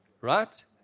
right